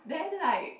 then like